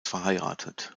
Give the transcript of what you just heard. verheiratet